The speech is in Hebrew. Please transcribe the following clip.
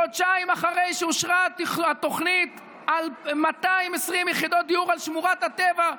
חודשיים אחרי שאושרה התוכנית 220 יחידות דיור על שמורת הטבע,